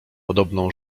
podobną